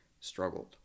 struggled